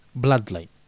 bloodline